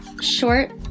Short